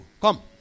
Come